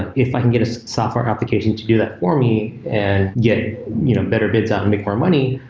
and if i can get a software application to do that for me and get you know better bids on, make more money,